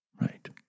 Right